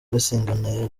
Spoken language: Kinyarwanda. blessing